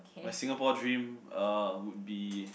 my Singapore dream uh would be